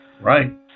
Right